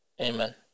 Amen